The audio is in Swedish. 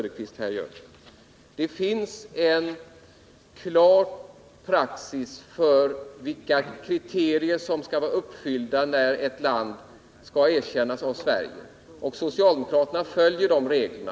Det finns en klar praxis beträffande vilka kriterier som skall vara uppfyllda för att ett land skall erkännas av Sverige, och socialdemokraterna följer de reglerna.